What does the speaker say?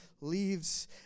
leaves